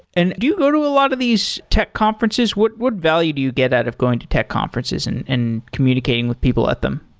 and do you go to a lot of these tech conferences? what value do you get out of going to tech conferences and and communicating with people at them?